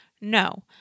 No